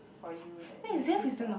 for you that you choose a